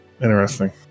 interesting